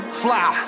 fly